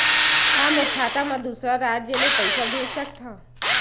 का मोर खाता म दूसरा राज्य ले पईसा भेज सकथव?